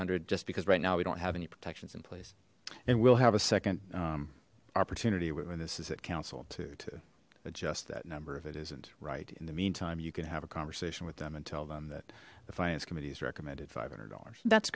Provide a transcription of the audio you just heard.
hundred just because right now we don't have any protections in place and we'll have a second opportunity within this is it counsel to to adjust that number of it isn't right in the meantime you can have a conversation with them and tell them that the finance committee has recommended five hundred dollars that's